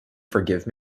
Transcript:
forgive